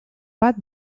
bat